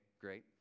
great